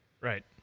Right